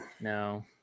No